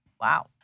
Wow